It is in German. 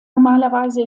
normalerweise